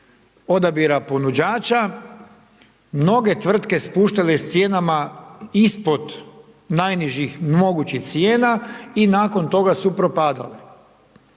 odabira ponuđača, noge tvrtke spuštale s cijenama ispod najnižih mogućih cijena i nakon toga su propadale,